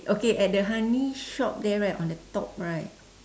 okay at the honey shop there on the top right